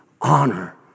honor